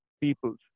Peoples